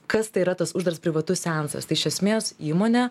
kas tai yra tas uždaras privatus seansas tai iš esmės įmonė